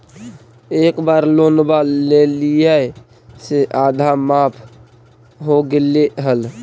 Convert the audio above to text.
एक बार लोनवा लेलियै से आधा माफ हो गेले हल?